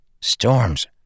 Storms